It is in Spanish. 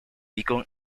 beacon